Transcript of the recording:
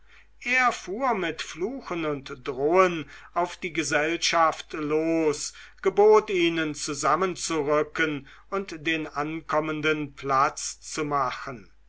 er fuhr mit fluchen und drohen auf die gesellschaft los gebot ihnen zusammenzurücken und den ankommenden platz zu machen